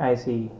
I see